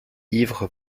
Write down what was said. ivre